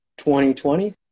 2020